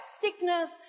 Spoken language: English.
sickness